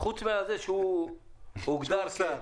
חוץ מזה שהוא הוגדר שר.